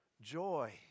joy